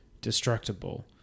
destructible